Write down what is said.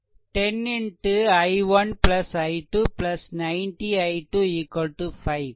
10 i1 i2 90 i2 5 ஆனால் i2 i1